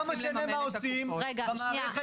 לא משנה מה עושים במערכת